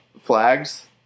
flags